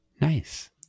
Nice